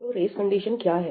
तो race condition क्या है